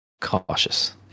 cautious